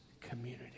community